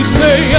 say